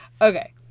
Okay